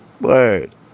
Word